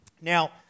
Now